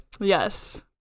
Yes